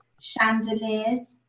chandeliers